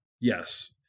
Yes